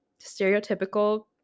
stereotypical